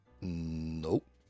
nope